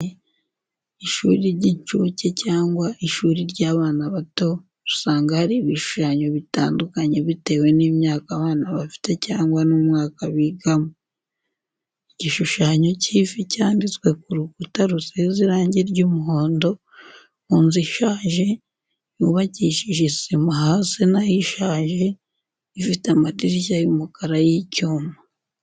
Ishuri ry'inshuke cyangwa ishuri ry'abana bato usanga hari ibishushanyo bitandukanye bitewe n'imyaka abana bafite cyangwa n'umwaka bigamo. Igishushanyo cy’ifi cyanditswe ku rukuta rusize irangi ry’umuhondo, ku nzu ishaje, yubakishije sima hasi na yo ishaje, ifite amadirishya y'umukara y'icyuma.